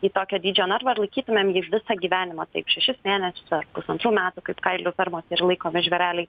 į tokio dydžio narvą ir laikytumėm jį visą gyvenimą taip šešis mėnesius ar pusantrų metų kaip kailių fermose yra laikomi žvėreliai